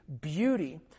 beauty